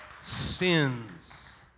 sins